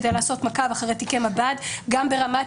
כדי לעשות מעקב אחרי תיקי מב"ד; גם ברמת